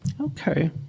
Okay